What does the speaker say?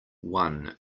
one